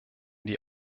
die